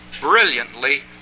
brilliantly